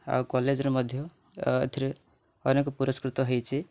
ଆଉ କଲେଜ୍ରେ ମଧ୍ୟ ଏଥିରେ ଅନେକ ପୁରସ୍କୃତ ହୋଇଛି